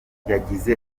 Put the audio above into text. yagize